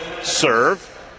serve